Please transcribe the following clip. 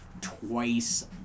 twice